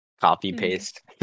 copy-paste